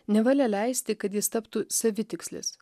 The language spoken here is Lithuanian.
nevalia leisti kad jis taptų savitikslis